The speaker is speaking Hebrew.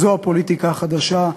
זו הפוליטיקה החדשה,